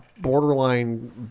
borderline